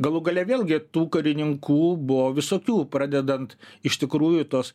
galų gale vėlgi tų karininkų buvo visokių pradedant iš tikrųjų tos